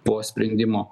po sprendimo